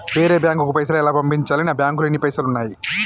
వేరే బ్యాంకుకు పైసలు ఎలా పంపించాలి? నా బ్యాంకులో ఎన్ని పైసలు ఉన్నాయి?